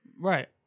right